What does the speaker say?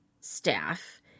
staff